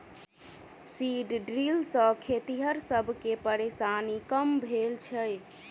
seed drill सॅ खेतिहर सब के परेशानी कम भेल छै